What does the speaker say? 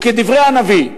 וכדברי הנביא: